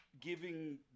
giving